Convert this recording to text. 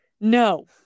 no